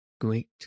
great